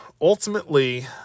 ultimately